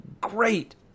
great